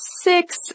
six